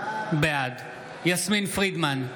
בעד יסמין פרידמן,